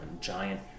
giant